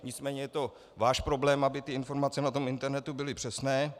Nicméně je to váš problém, aby ty informace na internetu byly přesné.